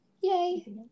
Yay